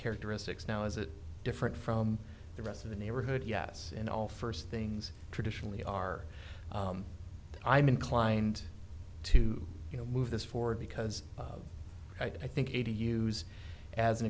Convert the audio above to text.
characteristics now is it different from the rest of the neighborhood yes in all first things traditionally are i'm inclined to you know move this forward because i think a to use as an